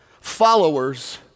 followers